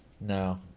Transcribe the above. No